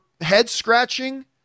head-scratching